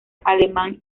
alemán